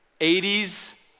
80s